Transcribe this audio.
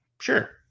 Sure